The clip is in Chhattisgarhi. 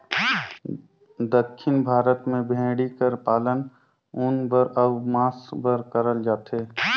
दक्खिन भारत में भेंड़ी कर पालन ऊन बर अउ मांस बर करल जाथे